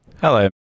Hello